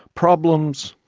problems,